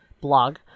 blog